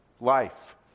life